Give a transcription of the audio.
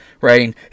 Writing